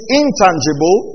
intangible